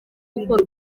gukora